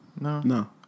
No